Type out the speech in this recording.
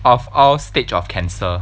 of all stage of cancer